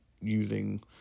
using